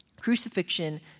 Crucifixion